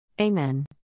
Amen